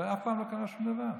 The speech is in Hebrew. ואף פעם לא קרה שום דבר.